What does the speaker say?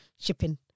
shipping